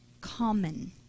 common